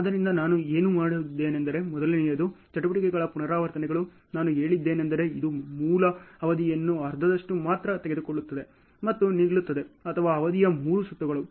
ಆದ್ದರಿಂದ ನಾನು ಏನು ಮಾಡಿದ್ದೇನೆಂದರೆ ಮೊದಲನೆಯದು ಚಟುವಟಿಕೆಗಳ ಪುನರಾವರ್ತನೆಗಳು ನಾನು ಹೇಳಿದ್ದೇನೆಂದರೆ ಇದು ಮೂಲ ಅವಧಿಯ ಅರ್ಧದಷ್ಟು ಮಾತ್ರ ತೆಗೆದುಕೊಳ್ಳುತ್ತದೆ ಮತ್ತು ನಿಲ್ಲುತ್ತದೆ ಅಥವಾ ಅವಧಿಯ 3 ಸುತ್ತುಗಳು